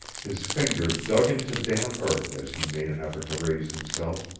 his fingers dug into damp earth as he made an effort to raise himself,